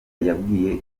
yabwiye